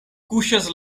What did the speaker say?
kuŝas